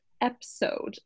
episode